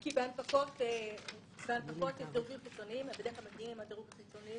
כי בהנפקות יש דירוגים חיצוניים והם בדרך כלל מגיעים עם הדירוג החיצוני,